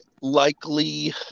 likely